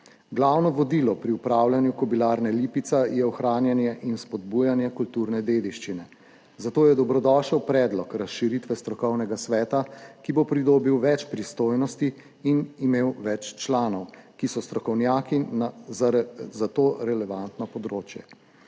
Glavno vodilo pri upravljanju Kobilarne Lipica je ohranjanje in spodbujanje kulturne dediščine, zato je dobrodošel predlog razširitve strokovnega sveta, ki bo pridobil več pristojnosti in imel več članov, ki so strokovnjaki za to relevantno področje.